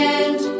end